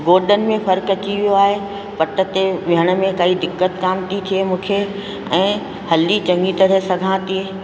ॻोडन में फ़र्कु अची वियो आहे पट ते वेहण में काई दिक़तु कोन्ह थी थिए मूंखे ऐं हली चङी तरह सघां थी